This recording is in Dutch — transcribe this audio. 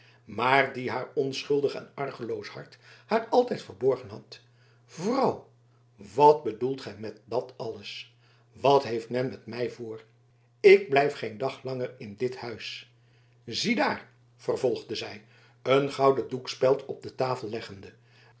maar die haar onschuldig en argeloos hart haar altijd verborgen had vrouw wat bedoelt gij met dat alles wat heeft men met mij voor ik blijf geen dag langer in dit huis ziedaar vervolgde zij een gouden doekspeld op de tafel leggende